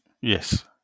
Yes